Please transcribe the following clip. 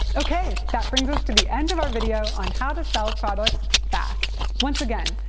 okay, that bring us to the end of our video on how to sell products fast! once again,